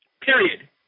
Period